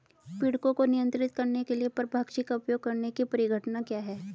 पीड़कों को नियंत्रित करने के लिए परभक्षी का उपयोग करने की परिघटना क्या है?